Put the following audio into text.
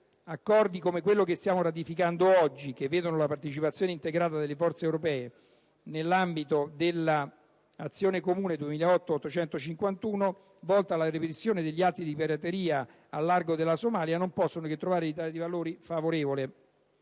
accordi come quello che stiamo ratificando oggi, che vedono la partecipazione integrata delle forze europee, nell'ambito dell'azione comune 2008/851/PESC, volta alla repressione degli atti di pirateria al largo della Somalia, non possono che trovare l'Italia dei Valori favorevole.